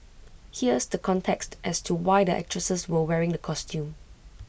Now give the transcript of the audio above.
here's the context as to why the actresses were wearing the costumes